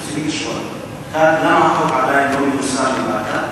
רצוני לשאול: 1. למה החוק עדיין לא מיושם בבאקה?